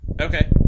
Okay